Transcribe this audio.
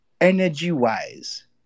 energy-wise